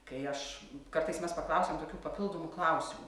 kai aš kartais mes paklausiam tokių papildomų klausimų